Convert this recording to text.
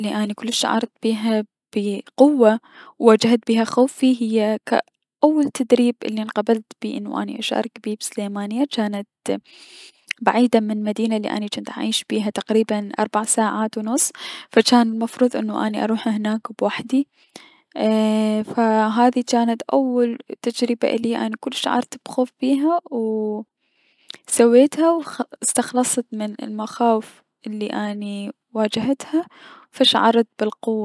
الي شعرت بيها بالقوة و واجهت بيها خوفي هي ك اول تدريب اليا الي اني انقبلت بيه انو اني اشارك بيه بسليمانية جانت بعيدة من المدينة الي اني جنت اعيش بيها تقريبا اربع ساعات و نص فجان المفروض انو اني اروح هناك و وحدي ايي- فهذي جانت اول تجربة اليا اني كلش شعرت بخوف بيها و سويتها و استخلصت من المخاوف الي جنت اواجهها فشعرت بلقوة.